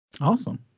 Awesome